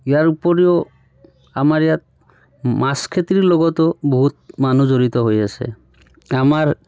ইয়াৰ উপৰিও আমাৰ ইয়াত মাছ খেতিৰ লগতো বহুত মানুহ জড়িত হৈ আছে আমাৰ